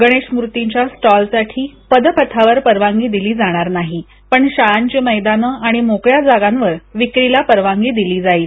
गणेश मूर्तींच्या स्टॉल साठी पद पथावर परवानगी दिली जाणार नाही पण शाळांची मैदानं आणि मोकळ्या जागांवर विक्रीला परवानगी दिली जाईल